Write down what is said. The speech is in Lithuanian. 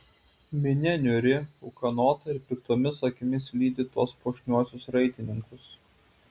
minia niūri ūkanota ir piktomis akimis lydi tuos puošniuosius raitininkus